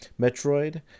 Metroid